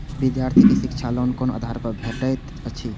विधार्थी के शिक्षा लोन कोन आधार पर भेटेत अछि?